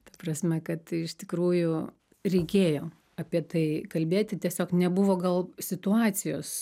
ta prasme kad iš tikrųjų reikėjo apie tai kalbėti tiesiog nebuvo gal situacijos